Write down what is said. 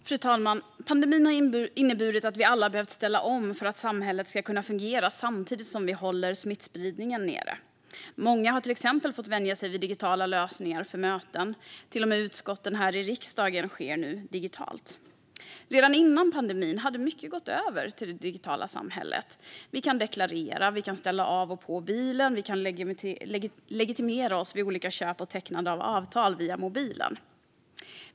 Fru talman! Pandemin har inneburit att vi alla har behövt ställa om för att samhället ska kunna fungera samtidigt som vi håller smittspridningen nere. Många har till exempel fått vänja sig vid digitala lösningar för möten. Till och med utskottsmötena här i riksdagen sker nu digitalt. Redan före pandemin hade mycket gått över till det digitala samhället. Vi kan deklarera, ställa av och på bilen och legitimera oss vid olika köp och tecknande av avtal via mobilen.